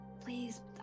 Please